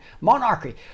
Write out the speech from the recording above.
Monarchy